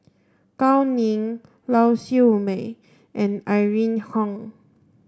Gao Ning Lau Siew Mei and Irene Khong